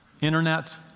internet